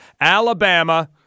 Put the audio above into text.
Alabama